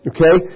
Okay